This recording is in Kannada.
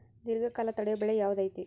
ದೇರ್ಘಕಾಲ ತಡಿಯೋ ಬೆಳೆ ಯಾವ್ದು ಐತಿ?